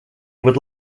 would